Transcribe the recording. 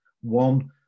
one